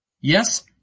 Yes